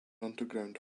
underground